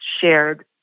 shared